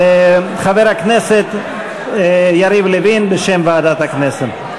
חבר הכנסת יריב לוין בשם ועדת הכנסת.